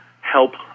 help